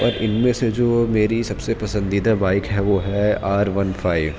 اب ان میں سے جو میری سب سے پسندیدہ بائک ہے وہ ہے آر ون فائیو